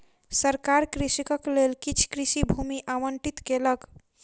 सरकार कृषकक लेल किछ कृषि भूमि आवंटित केलक